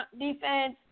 defense